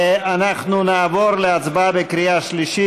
אנחנו נעבור להצבעה בקריאה שלישית.